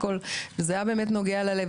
וזה באמת היה נוגע ללב,